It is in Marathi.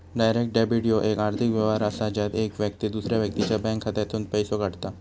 डायरेक्ट डेबिट ह्यो येक आर्थिक व्यवहार असा ज्यात येक व्यक्ती दुसऱ्या व्यक्तीच्या बँक खात्यातसूनन पैसो काढता